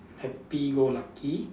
happy go lucky